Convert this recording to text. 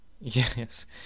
Yes